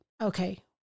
okay